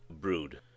brood